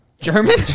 German